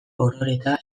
orereta